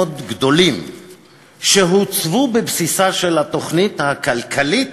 גדולים שהוצבו בבסיסה של התוכנית הכלכלית